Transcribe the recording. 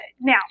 Now